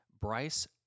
Bryce